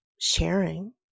sharing